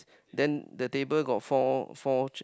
then the table got four four ch~